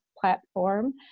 platform